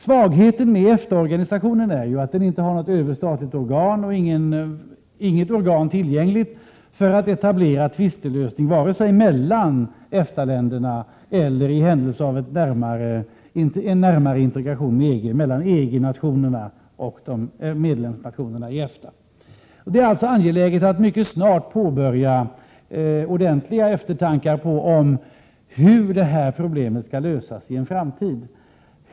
Svagheten med EFTA organisationen är att den inte har något överstatligt organ och inget organ tillgängligt för att etablera tvistelösning vare sig mellan EFTA-länderna eller i händelse av en närmare integration i EG mellan EG-nationerna och medlemsnationerna i EFTA. Det är alltså angeläget att mycket snart börja tänka efter ordentligt hur det här problemet skall lösas i framtiden.